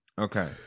okay